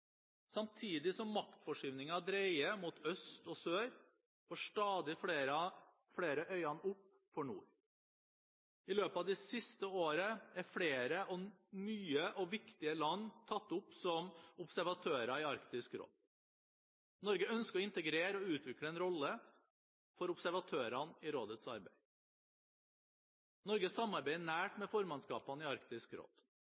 Samtidig som maktforskyvningen dreier mot øst og sør, får stadig flere øynene opp for nord. I løpet av det siste året er flere nye og viktige land tatt opp som observatører i Arktisk råd. Norge ønsker å integrere og utvikle en rolle for observatørene i rådets arbeid. Norge samarbeider nært med formannskapene i Arktisk råd